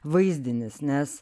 vaizdinis nes